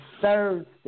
Thursday